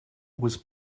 was